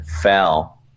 fell